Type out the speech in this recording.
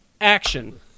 Action